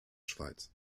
schweiz